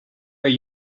are